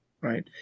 Right